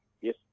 yes